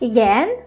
Again